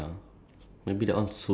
what have you dreamt